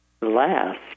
last